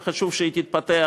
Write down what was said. וחשוב שהיא תתפתח.